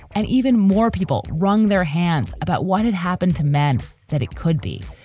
and even more people wrung their hands about what had happened to man that it could be.